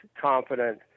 confident